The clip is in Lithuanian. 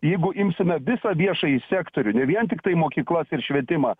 jeigu imsime visą viešąjį sektorių ne vien tiktai mokyklas ir švietimą